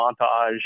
montage